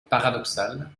paradoxal